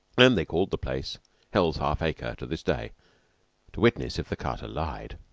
and they called the place hell's half-acre to this day to witness if the carter lied.